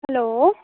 hello